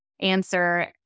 answer